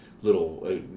little